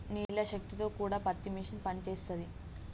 నీళ్ల శక్తి తో కూడా పత్తి మిషన్ పనిచేస్తది